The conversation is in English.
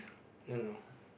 no no